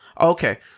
Okay